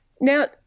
Now